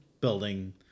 building